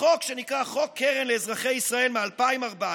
בחוק, שנקרא חוק קרן לאזרחי ישראל, מ-2014,